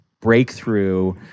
breakthrough